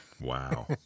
Wow